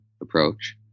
approach